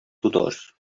tutors